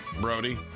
Brody